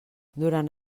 durant